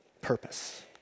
purpose